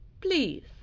Please